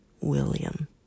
William